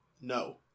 no